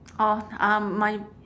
orh uh my